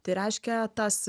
tai reiškia tas